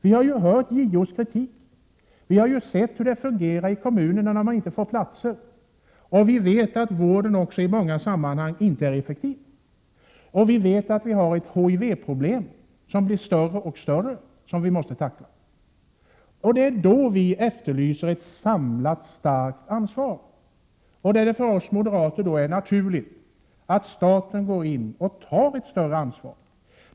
Vi har hört JO:s kritik. Vi har sett hur det fungerar i kommuner där det inte finns vårdplatser, och vi vet också att vården i många sammanhang inte är effektiv. Vi har ett HIV-problem som blir större och större och som vi måste tackla. Det är i detta läge vi efterlyser ett samlat starkt ansvar. För oss moderater är det naturligt att staten skall gå in och ta ett större ansvar.